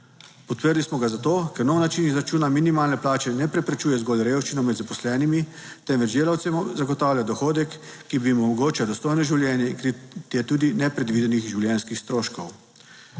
Podprli smo ga zato, ker nov način izračuna minimalne plače ne preprečuje zgolj revščino med zaposlenimi, temveč delavcem zagotavlja dohodek, ki bi jim omogočal dostojno življenje in kritje tudi nepredvidenih življenjskih stroškov.